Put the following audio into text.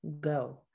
go